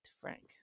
Frank